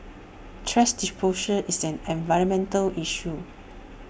thrash disposal is an environmental issue